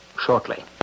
shortly